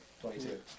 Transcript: Twenty-two